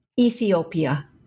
Ethiopia